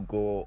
go